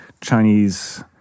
Chinese